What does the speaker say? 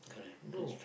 do